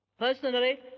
Personally